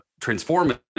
transformative